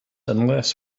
unless